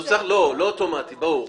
לא אוטומטי ברור.